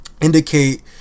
indicate